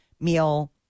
meal